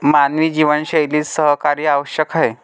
मानवी जीवनशैलीत सहकार्य आवश्यक आहे